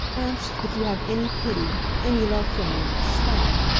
ernst, if you have any pity, any love for me, stop!